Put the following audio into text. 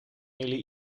jullie